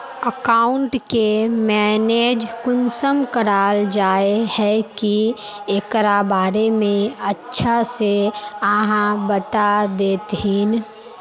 Account के manage कुंसम कराल जाय है की एकरा बारे में अच्छा से आहाँ बता देतहिन?